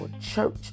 church